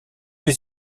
les